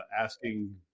asking